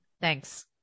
Thanks